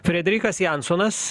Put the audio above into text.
frederikas jansonas